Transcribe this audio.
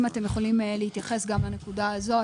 אם אתם יכולים להתייחס גם לנקודה הזאת,